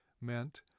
meant